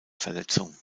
verletzung